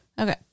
Okay